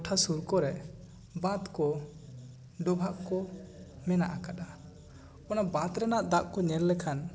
ᱴᱟᱴᱦᱟ ᱥᱩᱨᱠᱚᱨᱮ ᱵᱟᱫᱽ ᱠᱚ ᱰᱚᱵᱷᱟᱜ ᱠᱚ ᱢᱮᱱᱟᱜ ᱟᱠᱟᱫᱟ ᱚᱱᱟ ᱵᱟᱫᱽ ᱨᱮᱱᱟᱜ ᱫᱟᱜ ᱠᱚ ᱧᱮᱞ ᱞᱮᱠᱷᱟᱱ